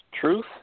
truth